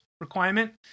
requirement